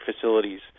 facilities